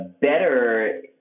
better